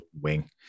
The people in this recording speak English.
wing